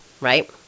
right